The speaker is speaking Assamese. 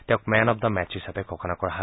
তেওঁক মেন অব দ্য মেচ হিচাপে ঘোষণা কৰা হয়